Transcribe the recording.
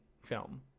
film